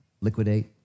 liquidate